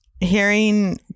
hearing